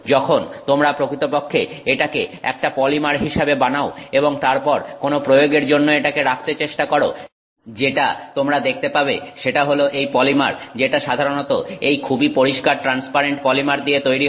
যখন তোমরা প্রকৃতপক্ষে এটাকে একটা পলিমার হিসাবে বানাও এবং তারপর কোন প্রয়োগের জন্য এটাকে রাখতে চেষ্টা করো যেটা তোমরা দেখতে পাবে সেটা হলো এই পলিমার যেটা সাধারণত এই খুবই পরিষ্কার ট্রান্সপারেন্ট পলিমার দিয়ে তৈরি হয়